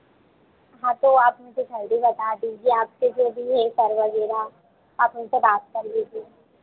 हाँ तो आप मुझे झल्दी बता दीजिए आपको जो भी है सर वगैरह आप उनसे बात कर लीजिए